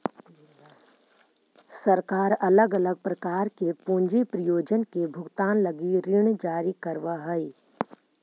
सरकार अलग अलग प्रकार के पूंजी परियोजना के भुगतान लगी ऋण जारी करवऽ हई